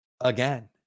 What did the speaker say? again